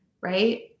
right